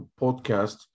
podcast